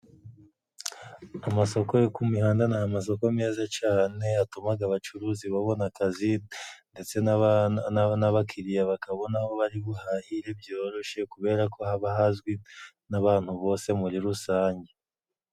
Amasoko yo ku mihanda ni amasoko meza cane atumaga abacuruzi babona akazi ndetse n'aba n'abakiriya bakabona aho bari buhahire byoroshye kubera ko haba hazwi n'abantu bose muri rusange.